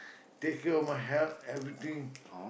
take care of my health everything